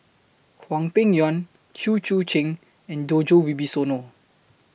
Hwang Peng Yuan Chew Choo and Djoko Wibisono